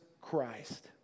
Christ